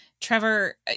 Trevor